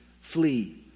Flee